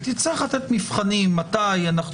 היא תצטרך לתת מבחנים מתי אנחנו